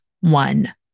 one